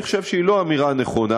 אני חושב שהיא לא אמירה נכונה,